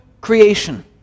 creation